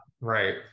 right